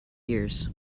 years